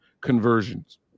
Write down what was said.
conversions